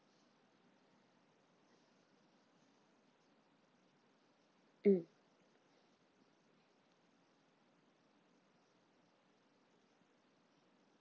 mm